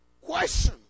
question